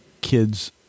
kids